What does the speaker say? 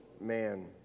man